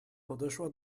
podeszła